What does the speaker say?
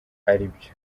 aribyo